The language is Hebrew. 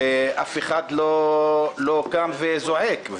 ואף אחד לא קם וזועק.